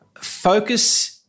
Focus